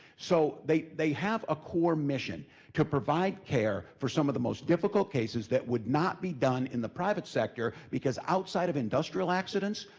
so they they have a core mission to provide care for some of the most difficult cases that would not be done in the private sector, because outside of industrial accidents,